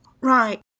right